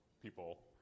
People